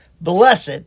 Blessed